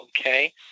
okay